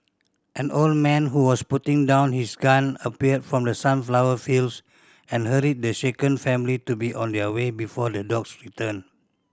an old man who was putting down his gun appeared from the sunflower fields and hurried the shaken family to be on their way before the dogs return